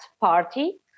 party